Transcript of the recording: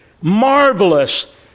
marvelous